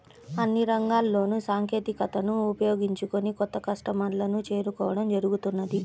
అన్ని రంగాల్లోనూ సాంకేతికతను ఉపయోగించుకొని కొత్త కస్టమర్లను చేరుకోవడం జరుగుతున్నది